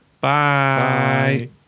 Bye